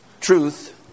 truth